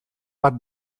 bat